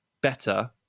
better